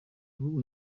ubu